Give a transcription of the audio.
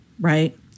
right